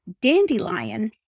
Dandelion